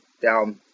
down